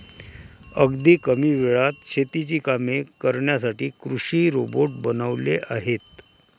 अगदी कमी वेळात शेतीची कामे करण्यासाठी कृषी रोबोट बनवले आहेत